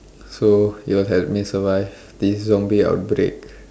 so it'll help me survive this zombie outbreak